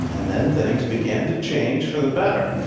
and then, things began to change for the better.